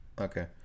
Okay